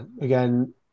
again